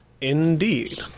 Indeed